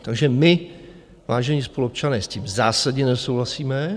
Takže my, vážení spoluobčané, s tím zásadně nesouhlasíme.